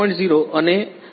0